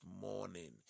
morning